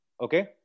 Okay